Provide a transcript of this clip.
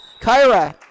Kyra